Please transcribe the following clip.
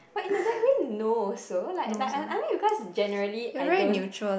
but in the backway no also like like I mean because generally I don't